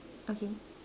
okay